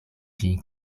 ĝin